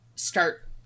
Start